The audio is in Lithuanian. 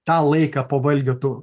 tą laiką po valgio tu